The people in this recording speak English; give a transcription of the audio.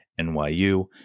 NYU